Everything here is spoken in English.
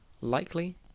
likely